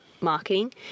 marketing